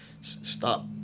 stop